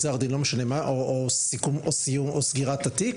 גזר דין או סגירת התיק,